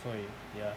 所以 ya